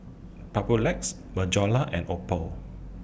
Papulex Bonjela and Oppo